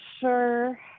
sure